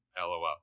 LOL